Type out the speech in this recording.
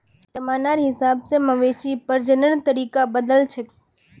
जमानार हिसाब से मवेशी प्रजननेर तरीका बदलछेक